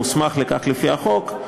המוסמך לכך לפי החוק,